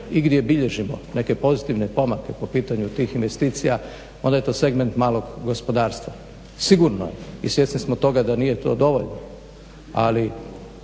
igdje bilježimo neke pozitivne pomake po pitanju tih investicija, onda je to segment malog gospodarstva. Sigurno je i svjesni smo toga da nije to dovoljno, ali